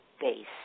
base